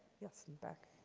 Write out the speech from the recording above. yes, in the back.